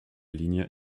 ligne